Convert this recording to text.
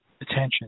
attention